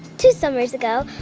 two summers ago,